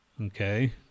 Okay